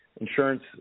insurance